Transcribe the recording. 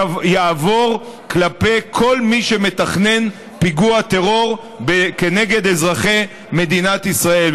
יעבור אל כל מי שמתכנן פיגוע טרור כנגד אזרחי מדינת ישראל.